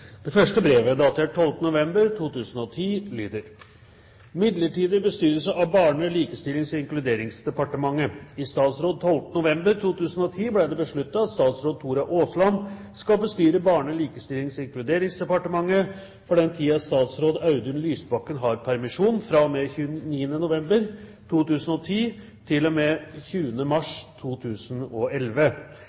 Det første brevet, datert 12. november 2010, lyder: «Midlertidig bestyrelse av Barne-, likestillings- og inkluderingsdepartementet I statsråd 12. november 2010 ble det besluttet at statsråd Tora Aasland skal bestyre Barne-, likestillings- og inkluderingsdepartementet for den tiden statsråd Audun Lysbakken har permisjon, fra og med 29. november 2010 til og med 20. mars 2011,